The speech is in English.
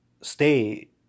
stay